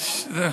מעשנים.